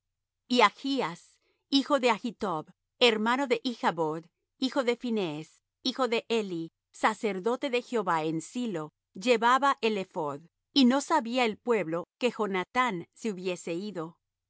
y achas hijo de achtob hermano de ichbod hijo de phinees hijo de eli sacerdote de jehová en silo llevaba el ephod y no sabía el pueblo que jonathán se hubiese ido y